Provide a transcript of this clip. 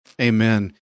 Amen